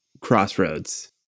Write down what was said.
crossroads